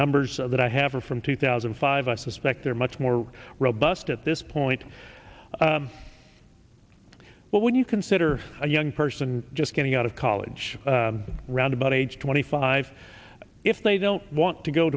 numbers that i have are from two thousand and five i suspect they're much more robust at this point but when you consider a young person just getting out of college round about age twenty five if they don't want to go